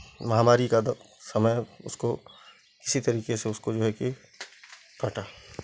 महामारी का समय उसको किसी तरीके से उसको जो है कि कटा